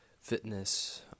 fitness